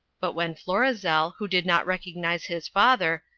but when florizel, who did not recognize his father,